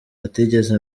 atigeze